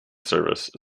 service